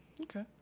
Okay